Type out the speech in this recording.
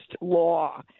law